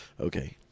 okay